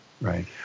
Right